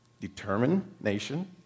Determination